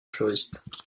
fleuristes